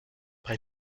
bei